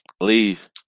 leave